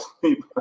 sleep